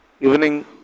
evening